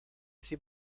ses